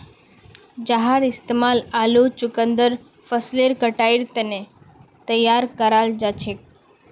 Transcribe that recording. जहार इस्तेमाल आलू चुकंदर फसलेर कटाईर तने तैयार कराल जाछेक